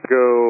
go